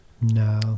No